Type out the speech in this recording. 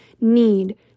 need